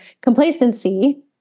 complacency